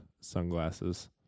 sunglasses